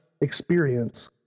experience